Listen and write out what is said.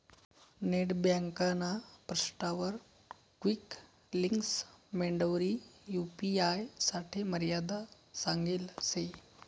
net ब्यांकना पृष्ठावर quick links मेंडवरी यू.पी.आय साठे मर्यादा सांगेल शे